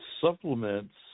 supplements